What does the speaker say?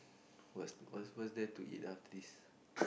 what's what's what's there to eat after this